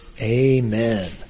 Amen